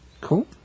Cool